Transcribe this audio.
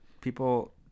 People